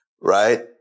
right